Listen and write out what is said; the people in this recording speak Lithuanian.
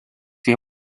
jie